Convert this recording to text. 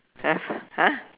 !huh! !huh!